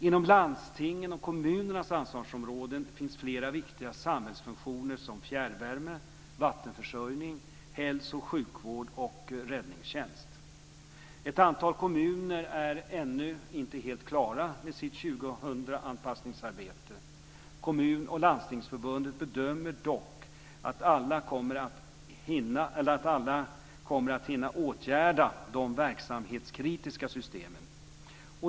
Inom landstingens och kommunernas ansvarsområden finns flera viktiga samhällsfunktioner, som fjärrvärme, vattenförsörjning, hälso och sjukvård och räddningstjänst. Ett antal kommuner är ännu inte helt klara med sitt 2000-anpassningsarbete. Kommun och landstingsförbunden bedömer dock att alla kommer att hinna åtgärda de verksamhetskritiska systemen.